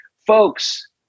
Folks